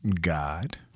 God